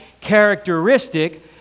characteristic